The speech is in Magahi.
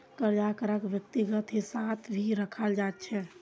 कर्जाक व्यक्तिगत हिस्सात भी रखाल जा छे